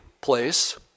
place